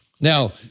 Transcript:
Now